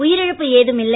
உயிரிழப்பு ஏதும் இல்லை